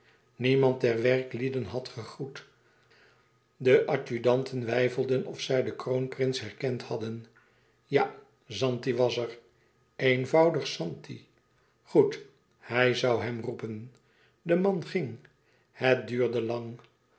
niemand der werklieden had gegroet de adjudanten weifelden of zij den kroonprins herkend hadden ja zanti was er eenvoudig zanti goed hij zoû hem roepen de man ging het duurde lang